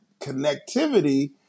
connectivity